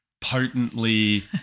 potently